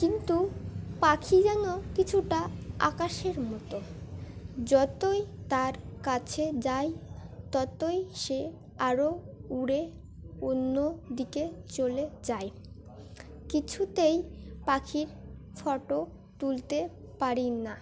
কিন্তু পাখি যেন কিছুটা আকাশের মতো যতই তার কাছে যায় ততই সে আরও উড়ে অন্যদিকে চলে যায় কিছুতেই পাখির ফটো তুলতে পারি না